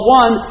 one